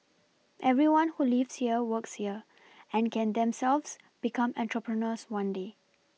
everyone who lives here works here and can themselves become entrepreneurs one day